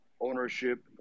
ownership